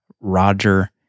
Roger